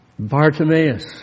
Bartimaeus